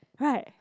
right